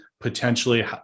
potentially